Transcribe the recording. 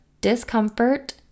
discomfort